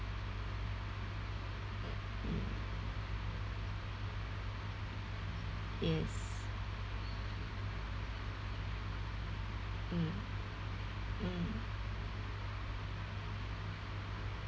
yes mm mm